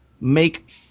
make